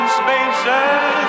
spaces